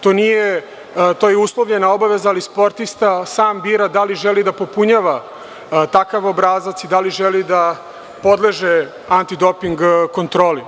To je uslovljena obaveza, ali sportista sam bira da li želi da popunjava takav formular i da li želi da podleže antidoping kontroli.